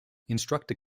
instructor